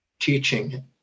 teaching